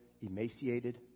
emaciated